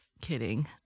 kidding